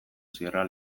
sierra